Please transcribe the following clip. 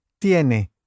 ¿Tiene